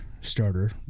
starter